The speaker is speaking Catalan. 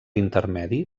intermedi